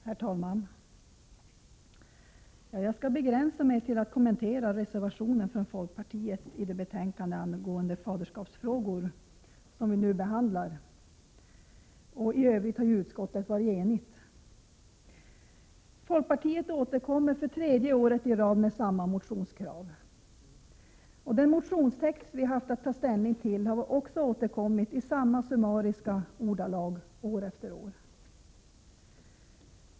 Herr talman! Jag skall begränsa mig till att kommentera reservationen från folkpartiet i det betänkande angående faderskapsfrågor som vi nu behandlar. I övrigt har ju utskottet varit enigt. Folkpartiet återkommer för tredje året i rad med samma motionskrav. Den motionstext vi haft att ta ställning till har också återkommit i samma summariska ordalag år efter år.